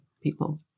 people